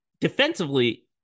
defensively